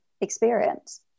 experience